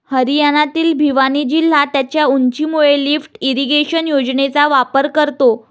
हरियाणातील भिवानी जिल्हा त्याच्या उंचीमुळे लिफ्ट इरिगेशन योजनेचा वापर करतो